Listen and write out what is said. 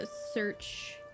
search